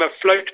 afloat